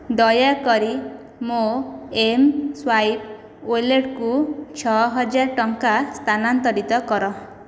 ଦୟାକରି ମୋ M swipe ୱାଲେଟ୍କୁ ଛଅହଜାର ଟଙ୍କା ସ୍ଥାନାନ୍ତରିତ କର